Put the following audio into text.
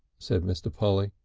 said mr. polly.